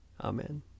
Amen